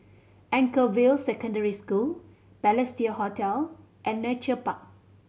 Anchorvale Secondary School Balestier Hotel and Nature Park